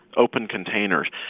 open containers,